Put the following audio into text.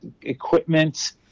equipment